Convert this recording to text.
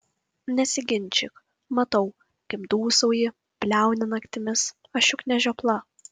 nesiginčyk matau kaip dūsauji bliauni naktimis aš juk ne žiopla